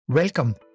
Welcome